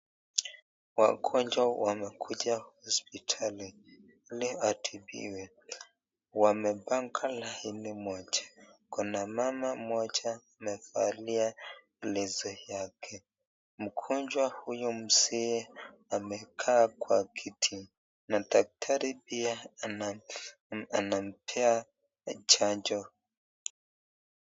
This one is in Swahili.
Wagonjwa wamekuja hosiptali ili atibiwe, wamepanga laini moja, kuna mama moja amevalia leso yake, mgonjwa huyu mzee amekaa kwa kiti na daktari pia anampea chanjo.